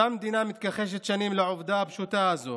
אותה מדינה מתכחשת שנים לעובדה הפשוטה הזו